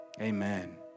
amen